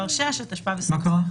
התשפ"ב-2021.